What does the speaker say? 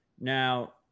Now